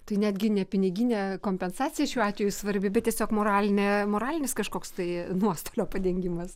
tai netgi ne piniginė kompensacija šiuo atveju svarbi bet tiesiog moralinė moralinis kažkoks tai nuostolio padengimas